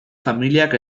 familiak